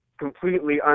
completely